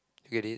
get it